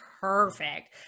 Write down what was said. Perfect